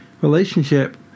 relationship